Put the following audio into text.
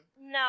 No